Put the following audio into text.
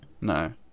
No